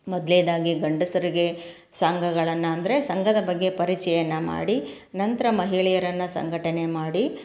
ಮೊದ್ಲ್ನೇದಾಗಿ ಗಂಡಸರಿಗೆ ಸಂಘಗಳನ್ನ ಅಂದರೆ ಸಂಘದ ಬಗ್ಗೆ ಪರಿಚಯನ ಮಾಡಿ ನಂತರ ಮಹಿಳೆಯರನ್ನು ಸಂಘಟನೆ ಮಾಡಿ